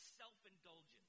self-indulgence